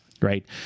Right